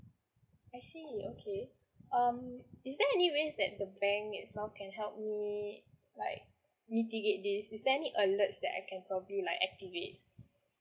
I see okay um is there any ways that the bank itself can help me like mitigate this is there any alerts that I can probably like activate